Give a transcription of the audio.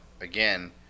again